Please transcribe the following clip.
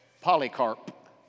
polycarp